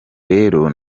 rero